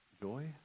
Joy